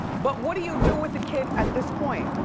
but what do you do with a kid at this point?